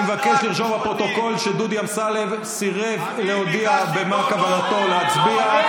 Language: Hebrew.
אני מבקש לרשום בפרוטוקול שדודי אמסלם סירב להודיע מה כוונתו להצביע.